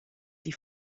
die